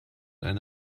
eine